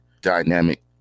dynamic